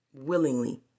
Willingly